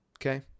okay